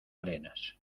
arenas